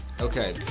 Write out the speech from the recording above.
Okay